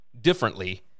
differently